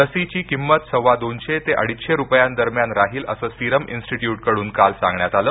लसीची किंमत सव्वादोनशे ते अडिचशे रुपयांदरम्यान राहील असं सिरम इन्सटीट्यूटकडून काल सांगण्यात आलं